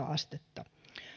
astetta